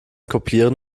kopieren